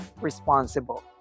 responsible